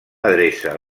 adreça